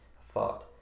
Thought